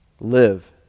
Live